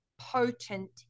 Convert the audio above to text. potent